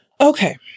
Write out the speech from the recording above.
okay